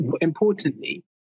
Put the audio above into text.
importantly